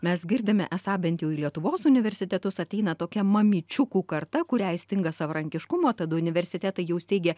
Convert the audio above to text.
mes girdime esą bent jau į lietuvos universitetus ateina tokia mamyčiukų karta kuriai stinga savarankiškumo tad universitetai jau steigia